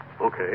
Okay